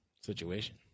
situation